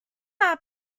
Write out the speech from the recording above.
are